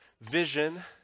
vision